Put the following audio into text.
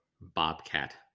bobcat